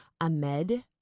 Ahmed